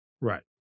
Right